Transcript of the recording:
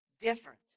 different